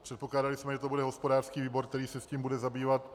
Předpokládali jsme, že to bude hospodářský výbor, který se tím bude zabývat.